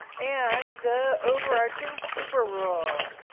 and the overarching super rule.